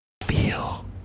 feel